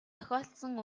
тохиолдсон